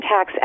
Tax